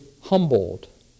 humbled